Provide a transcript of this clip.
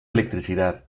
electricidad